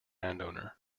landowner